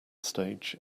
stage